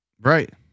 Right